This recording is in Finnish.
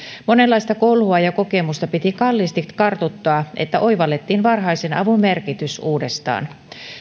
monenlaista kolhua ja kokemusta piti kalliisti kartuttaa että oivallettiin varhaisen avun merkitys uudestaan